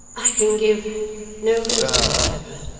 i can give no reason whatever.